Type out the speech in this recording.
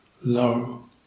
low